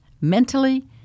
mentally